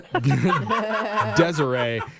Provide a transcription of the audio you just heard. Desiree